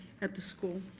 at the school